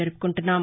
జరుపుకుంటున్నాం